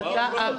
מה הן אומרות?